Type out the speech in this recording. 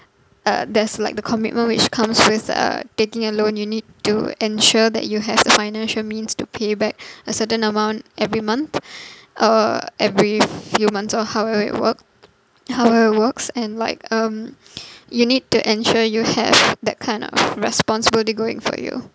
uh there's like the commitment which comes with uh taking a loan you need to ensure that you have the financial means to pay back a certain amount every month or every few months or however it work however it works and like um you need to ensure you have that kind of responsibility going for you